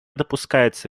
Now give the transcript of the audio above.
допускается